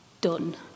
done